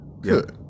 Good